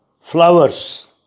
flowers